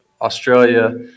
Australia